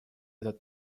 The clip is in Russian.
этот